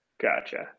Gotcha